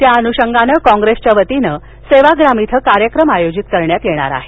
त्या अनुषंगानं काँग्रेसच्या वतीनं सेवाप्राम इथं कार्यक्रम आयोजित करण्यात येणार आहे